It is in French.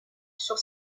sur